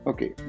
Okay